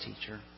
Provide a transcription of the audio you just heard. teacher